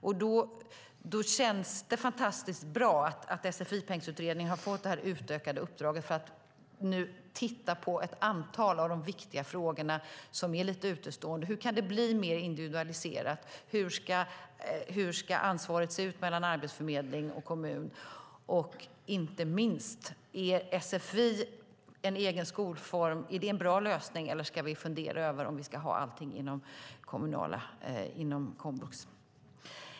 Det känns fantastiskt bra att Sfi-pengsutredningen har fått det här utökade uppdraget för att titta på ett antal av de viktiga frågorna som är lite utestående. Hur kan det bli mer individualiserat? Hur ska ansvaret se ut mellan arbetsförmedling och kommun? Och inte minst, är det en bra lösning med sfi som egen skolform, eller ska vi fundera över om vi ska ha allting inom komvux?